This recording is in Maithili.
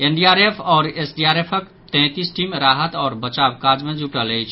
एनडीआरएफ आओर एसडीआरएफक तैंतीस टीम राहत आओर बचाव काज मे जुटल अछि